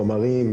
חומרים,